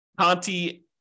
Conti